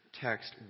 text